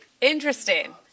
Interesting